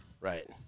Right